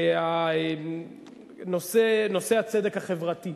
ונושא הצדק החברתי,